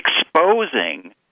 exposing